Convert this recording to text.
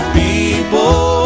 people